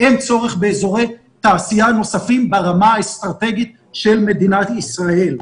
אין צורך באזורי תעשייה נוספים ברמה האסטרטגית של מדינת ישראל.